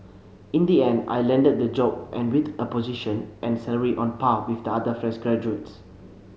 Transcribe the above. in the end I landed the job and with a position and salary on par with the other fresh graduates